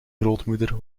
grootmoeder